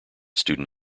student